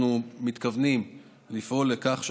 אנחנו מתכוונים לפעול לכך שהשנה,